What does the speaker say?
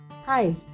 Hi